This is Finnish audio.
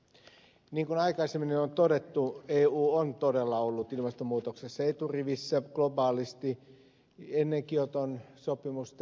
niin kuin aikaisemmin on jo todettu eu on todella ollut ilmastonmuutoksessa eturivissä globaalisti ennen kioton sopimusta